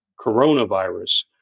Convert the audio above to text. coronavirus